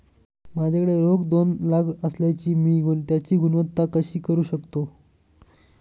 माझ्याकडे रोख दोन लाख असल्यास मी त्याची गुंतवणूक कशी करू शकतो?